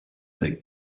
that